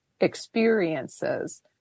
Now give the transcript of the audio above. experiences